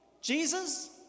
Jesus